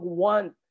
want